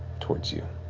towards you.